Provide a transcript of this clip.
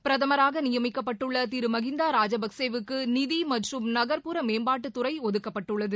பிரதமராக நியமிக்கப்பட்டுள்ள திரு மகிந்தா ராஜபக்சேவுக்கு நிதி மற்றும் நகர்ப்புற மேம்பாட்டுத்துறை ஒதுக்கப்பட்டுள்ளது